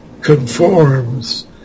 conforms